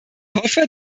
hoffe